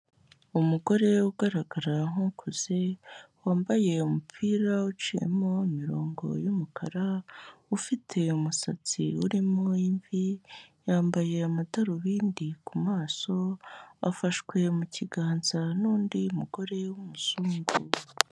Umugore ugaragara nk'ukuze wambaye umupira uciyemo imirongo y'umukara, ufite umusatsi urimo imvi yambaye amadarubindi ku maso, afashwe mu kiganza n'undi mugore w'umuzungu.